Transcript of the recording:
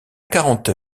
quarante